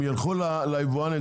הם יילכו ליבואן,